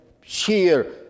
sheer